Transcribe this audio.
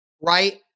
right